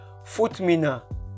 footmina